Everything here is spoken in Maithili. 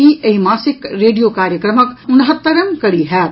ई एहि मासिक रेडियो कार्यक्रमक उनहत्तरम कड़ी होयत